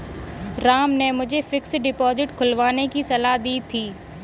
राम ने मुझे fixed deposit खुलवाने की सलाह दी थी